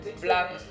black